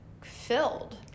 filled